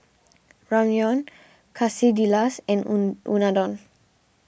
Ramyeon Quesadillas and Unadon